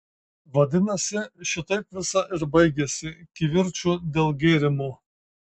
vadinasi šitaip visa ir baigiasi kivirču dėl gėrimo